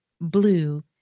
blue